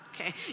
okay